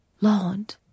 Lord